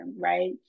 right